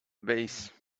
base